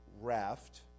raft